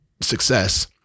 success